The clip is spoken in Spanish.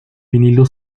vinilo